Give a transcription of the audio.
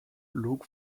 look